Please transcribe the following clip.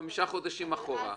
חמישה חודשים אחורה.